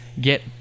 get